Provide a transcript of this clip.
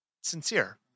sincere